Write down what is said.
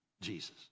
Jesus